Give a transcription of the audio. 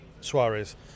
Suarez